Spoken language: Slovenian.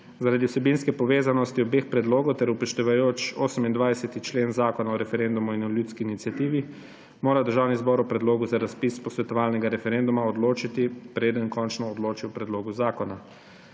Zaradi vsebinske povezanosti obeh predlogov ter upoštevajoč 28. člen Zakona o referendumu in o ljudski iniciativi, mora Državni zbor o predlogu za razpis posvetovalnega referenduma odločiti, preden končno odloči o predlogu zakona.